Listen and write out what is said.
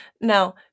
Now